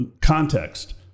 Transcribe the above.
context